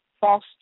false